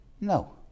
No